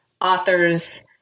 authors